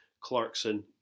Clarkson